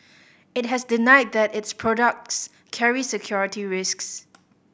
it has denied that its products carry security risks